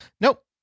nope